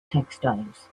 textiles